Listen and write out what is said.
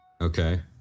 Okay